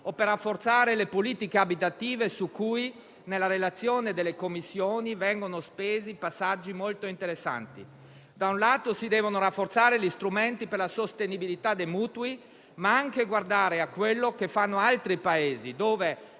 o per rafforzare le politiche abitative, su cui, nella relazione delle Commissioni, vengono spesi passaggi molto interessanti. Da un lato, si devono rafforzare gli strumenti per la sostenibilità dei mutui, ma, dall'altro, si deve anche guardare a quello che fanno gli altri Paesi, dove